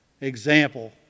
example